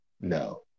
no